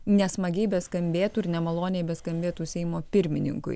nesmagiai beskambėtų ir nemaloniai beskambėtų seimo pirmininkui